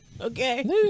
Okay